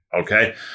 okay